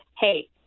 hey